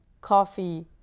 coffee